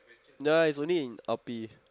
ya is only in R_P